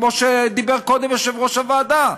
כמו שאמר קודם יושב-ראש הוועדה,